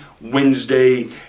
Wednesday